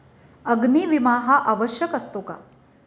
अग्नी विमा हा आवश्यक असतो का?